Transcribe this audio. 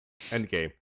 Endgame